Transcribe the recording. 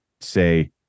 say